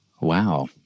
wow